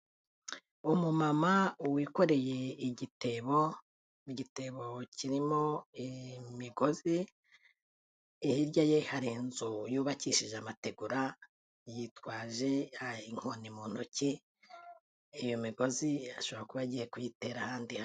Umumama wikoreye igitebo, mu igitebo kirimo imigozi, hirya ye hari inzu yubakishije amategura, yitwaje inkoni mu ntoki, iyo migozi ashobora kuba agiye kuyitera ahandi hantu.